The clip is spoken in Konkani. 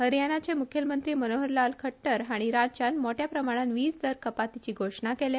हरियाणाचे मुखेलमंत्री मनोहरलाल खट्टर राज्यात मोठ्या प्रमाणात वीज दर कपातीची घोषणा केल्या